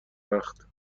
وقت